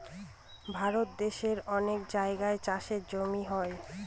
ভারত দেশের অনেক জায়গায় চাষের জমি হয়